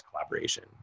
collaboration